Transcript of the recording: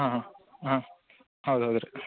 ಹಾಂ ಹಾಂ ಹಾಂ ಹೌದು ಹೌದು ರೀ